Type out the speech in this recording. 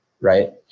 right